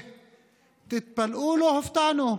ותתפלאו, לא הופתענו.